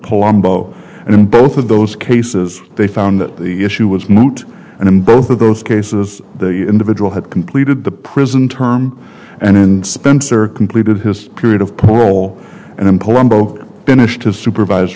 palombo and in both of those cases they found that the issue was moot and in both of those cases the individual had completed the prison term and in spencer completed his period of paul and then palumbo finished his supervise